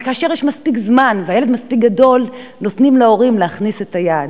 אבל כאשר יש מספיק זמן והילד מספיק גדול נותנים להורים להכניס את היד.